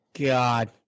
God